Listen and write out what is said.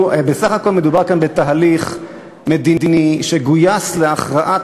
בסך הכול מדובר כאן בתהליך מדיני שגויס להכרעת